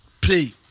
play